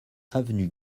avenue